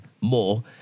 more